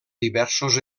diversos